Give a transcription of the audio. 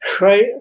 right